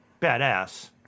badass